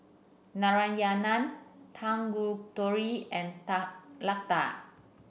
Narayana Tanguturi and Ta Lada